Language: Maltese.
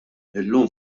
illum